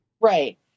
Right